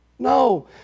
No